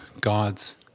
God's